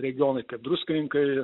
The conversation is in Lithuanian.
regionai kaip druskininkai